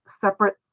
separate